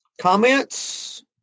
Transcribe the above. Comments